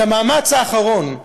את המאמץ האחרון,